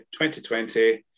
2020